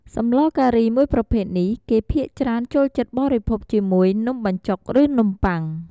សម្លការីមួយប្រភេទនេះគេភាគច្រើនចូលចិត្តបិភោគជាមួយ នំបញ្ចុកឬនំប៉័ង។